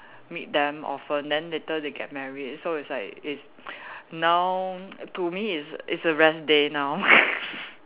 meet them often then later they get married so it's like it's now to me it's it's a rest day now